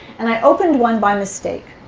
and i opened one by mistake.